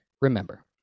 remember